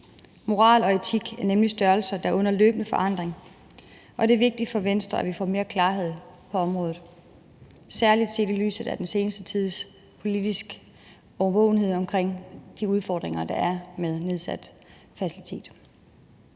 Moral og etik er nemlig størrelser, der er under løbende forandring, og det er vigtigt for Venstre, at vi får mere klarhed på området, særlig set i lyset af den seneste tids politiske årvågenhed omkring de udfordringer, der er med nedsat fertilitet.